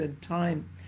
time